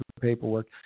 paperwork